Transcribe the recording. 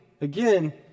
again